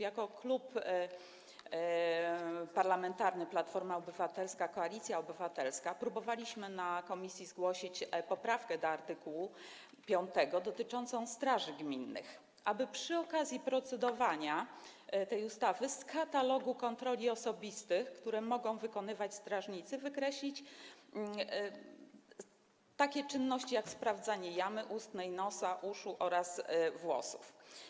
Jako Klub Parlamentarny Platforma Obywatelska - Koalicja Obywatelska próbowaliśmy w komisji zgłosić poprawkę do art. 5 dotyczącą straży gminnych, aby przy okazji procedowania nad tą ustawą z katalogu kontroli osobistych, których mogą dokonywać strażnicy, wykreślić takie czynności jak sprawdzanie jamy ustnej, nosa, uszu oraz włosów.